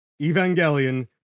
Evangelion